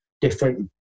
different